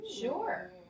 sure